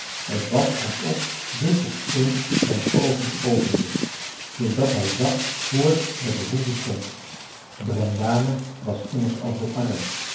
t was alsof dit opeens zijn oogen opende zoodat hij zag hoe het met de hoeve stond brendane was immers al zoo arm